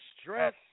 stress